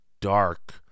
dark